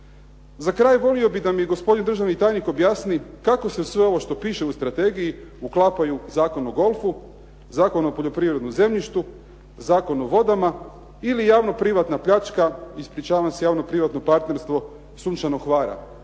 Za kraj volio bih da mi gospodin državni tajnik objasni kako se u sve ovo što piše u strategiji uklapaju Zakon o golfu, Zakon o poljoprivrednom zemljištu, Zakon o vodama ili javno-privatna pljačka, ispričavam se, javno-privatno partnerstvo Sunčanog Hvara.